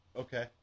Okay